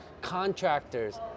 contractors